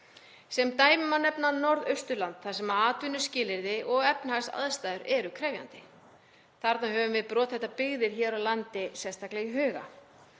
Sem dæmi má nefna Norðausturland þar sem atvinnuskilyrði og efnahagsaðstæður eru krefjandi. Þar höfum við brothættar byggðir hér á landi sérstaklega í huga.